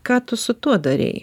ką tu su tuo darei